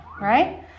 right